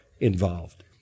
involved